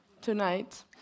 tonight